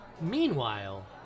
Meanwhile